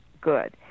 good